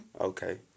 Okay